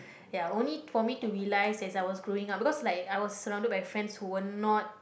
ya only for me to realise as I was growing up because like I was surrounded by friends who were not